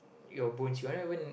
your bones you are not even